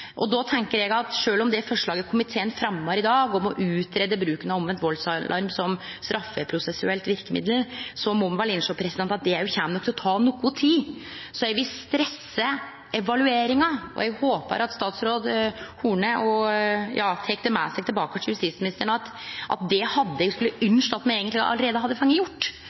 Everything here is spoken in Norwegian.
halde. Då tenkjer eg at sjølv med det forslaget komiteen fremjar i dag, om å greie ut bruken av valdsalarm som straffeprosessuelt verkemiddel, må ein innsjå at det kjem til å ta noko tid. Så eg vil stresse evalueringa, og eg håper at statsråd Horne tek med seg tilbake til justisministeren at det hadde eg ynskt at me allereie hadde fått gjort,